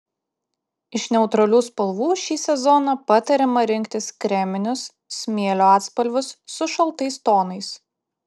iš neutralių spalvų šį sezoną patariama rinktis kreminius smėlio atspalvius su šaltais tonais